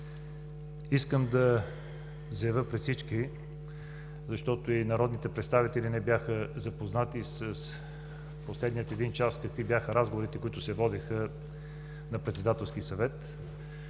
Искам да заявя пред всички, защото и народните представители не бяха запознати от последния един час какви бяха разговорите, които се водеха на Председателския съвет.